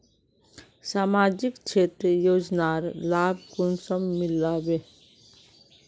सामाजिक क्षेत्र योजनार लाभ कुंसम मिलबे?